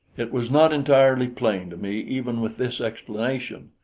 it was not entirely plain to me even with this explanation,